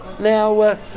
now